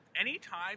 anytime